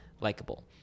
likable